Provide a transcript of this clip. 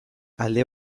alde